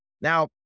Now